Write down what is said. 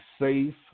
safe